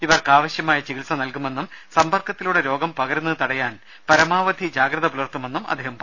ഇവർക്ക് ആവശ്യമായ ചികിത്സ നൽകുമെന്നും സമ്പർക്കത്തിലൂടെ രോഗം പകരുന്നത് തടയാൻ പരമാവധി ജാഗ്രത പുലർത്തുമെന്നും അദ്ദേഹം പറഞ്ഞു